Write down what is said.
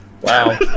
Wow